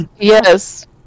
Yes